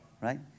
right